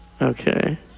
Okay